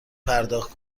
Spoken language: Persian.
پرداخت